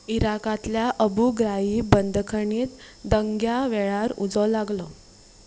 इराकांतल्या Abu Ghraib बंदखणीक दंग्या वेळार उजो लागलो